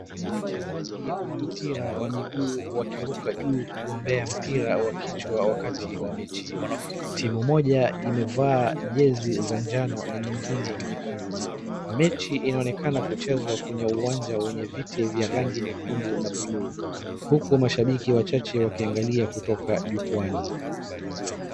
Wachezaji wa mpira wa miguu wakiruka juu kugombea mpira wa kichwa wakati wa mechi. Timu moja imevaa jezi za njano na nyingine nyekundu. Mechi inaonekana kuchezwa kwenye uwanja wenye viti vya rangi nyekundu na blue huku mashabiki wachache wakiangalia kutoka jukuani.